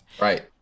Right